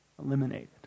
eliminated